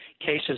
cases